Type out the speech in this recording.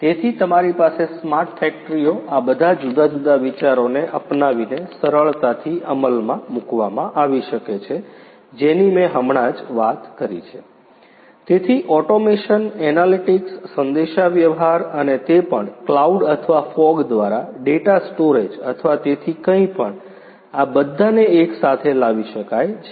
તેથી તમારી પાસે સ્માર્ટ ફેક્ટરીઓ આ બધા જુદા જુદા વિચારોને અપનાવીને સરળતાથી અમલમાં મૂકવામાં આવી શકે છે જેની મેં હમણાં જ વાત કરી છે તેથી ઓટોમેશન એનાલિટિક્સ સંદેશાવ્યવહાર અને તે પણ ક્લાઉડ અથવા ફોગ દ્વારા ડેટા સ્ટોરેજ અથવા તેથી કંઈ પણ આ બધાને એક સાથે લાવી શકાય છે